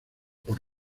por